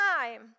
time